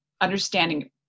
understanding